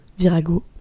Virago